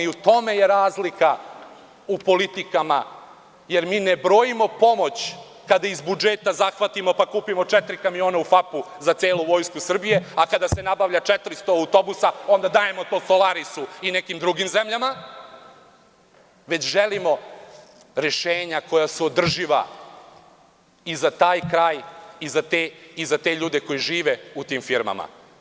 U tome je razlika u politikama, jer mi ne brojimo pomoć kada iz budžeta zahvatimo pa kupimo četiri kamiona u FAP-u za celu Vojsku Srbije, a kada se nabavlja 400 autobusa onda dajemo to „Solarisu“ i nekim drugim zemljama, već želimo rešenja koja su održiva i za taj kraj i za te ljude koje žive u tim firmama.